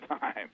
time